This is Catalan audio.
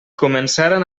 començaren